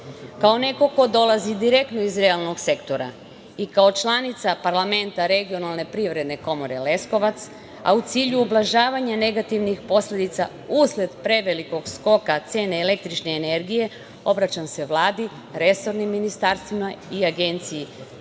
neko ko dolazi direktno iz realnog sektora i kao članica parlamenta regionalne Privredne komore Leskovac, a u cilju ublažavanja negativnih posledica usled prevelikog skoka cene električne energije, obraćam se Vladi, resornim ministarstvima i Agenciji